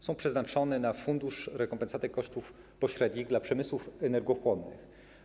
Są one przeznaczone na fundusz rekompensaty kosztów pośrednich dla przemysłów energochłonnych.